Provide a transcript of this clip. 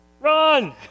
Run